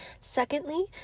Secondly